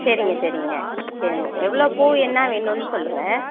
சரிங்க சரிங்க சரிங்க எவ்வளோ பூ என்ன வேணும்னு சொல்லுங்க